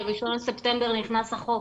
ב-1 לספטמבר נכנס החוק.